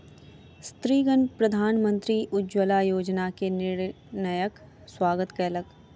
स्त्रीगण प्रधानमंत्री उज्ज्वला योजना के निर्णयक स्वागत कयलक